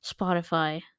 Spotify